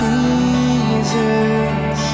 Jesus